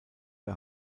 der